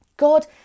God